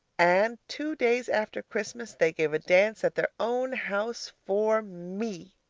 and two days after christmas, they gave a dance at their own house for me.